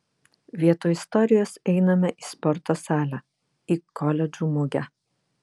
vietoj istorijos einame į sporto salę į koledžų mugę